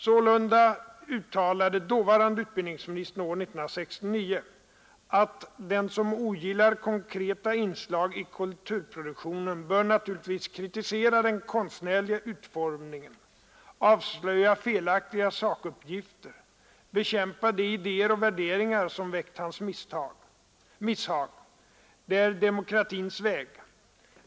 Sålunda uttalade dåvarande utbildningsministern år 1969 att ”den som ogillar konkreta inslag i kulturproduktionen bör naturligtvis kritisera den konstnärliga utformningen, avslöja felaktiga sakuppgifter, bekämpa de idéer och värderingar som väckt hans misshag. Det är demokratins väg.